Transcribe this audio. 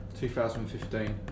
2015